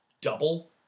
double